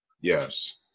yes